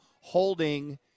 holding